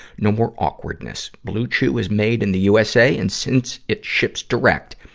no more awkwardness. blue chew is made in the usa, and since it ships direct,